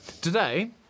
today